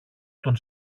τον